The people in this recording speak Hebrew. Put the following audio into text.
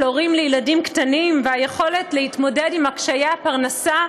הורים לילדים קטנים והיכולת להתפרנס עם קשיי הפרנסה,